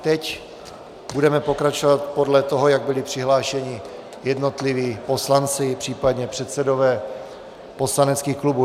Teď budeme pokračovat podle toho, jak byly přihlášeni jednotliví poslanci, případně předsedové poslaneckých klubů.